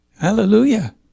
Hallelujah